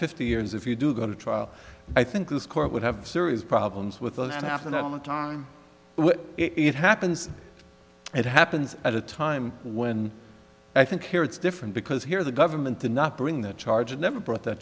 fifty years if you do go to trial i think this court would have serious problems with that happen at any time when it happens it happens at a time when i think here it's different because here the government did not bring that charge never brought that